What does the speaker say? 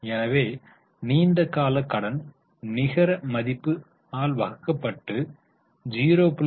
எனவே நீண்ட கால கடன் நிகர மதிப்பு வகுக்கப்பட்டு 0